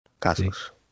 casos